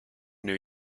new